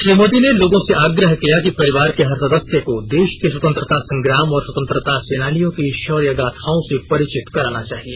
श्री मोदी ने लोगों से आग्रह किया कि परिवार के हर सदस्य को देश के स्वतंत्रता संग्राम और स्वतंत्रता सेनानियों की शौर्य गाथाओं से परिचित कराना चाहिए